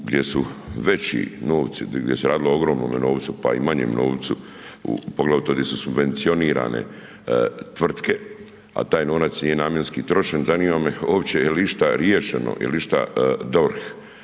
gdje su veći novci, gdje se radilo o ogromnome novcu, pa i manjem novcu, poglavito gdje su subvencionirane tvrtke, a taj novac nije namjenski trošen, zanima me jel išta riješeno, jel išta DORH,